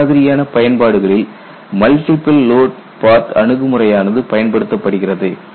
இம்மாதிரியான பயன்பாடுகளில் multiple load path அணுகுமுறையானது பயன்படுத்தப்படுகிறது